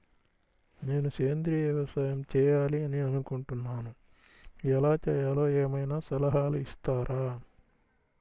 నేను సేంద్రియ వ్యవసాయం చేయాలి అని అనుకుంటున్నాను, ఎలా చేయాలో ఏమయినా సలహాలు ఇస్తారా?